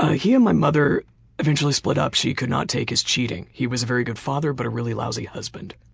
ah he and my mother eventually split up. she could not take his cheating. he was a very good father but a really lousy husband.